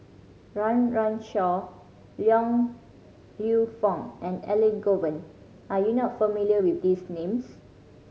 Run Run Shaw Yong Lew Foong and Elangovan are you not familiar with these names